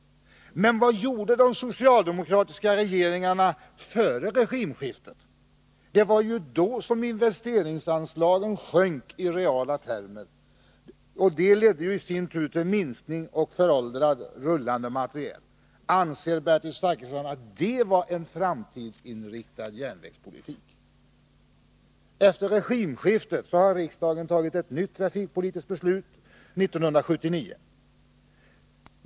Men vad gjorde de socialdemokratiska regeringarna före regimskiftet? Det var då investeringsanslaget sjönk i reala termer. Och det ledde i sin tur till minskningar och till föråldrad rullande materiel. Anser Bertil Zachrisson att det var en framtidsinriktad järnvägspolitik? Efter regimskiftet har riksdagen 1979 fattat ett nytt trafikpolitiskt beslut.